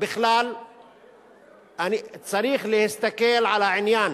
אני חושב שצריך להסתכל על העניין